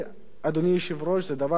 אדוני היושב-ראש, זה דבר פסול.